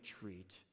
treat